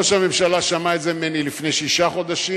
ראש הממשלה שמע את זה ממני לפני שישה חודשים.